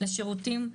לשירותים.